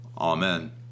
Amen